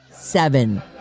Seven